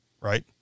right